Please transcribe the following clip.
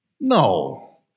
No